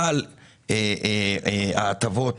על ההטבות